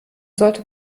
sollte